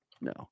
No